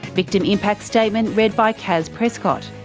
victim impact statement read by caz prescott,